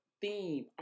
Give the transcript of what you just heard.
theme